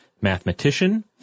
mathematician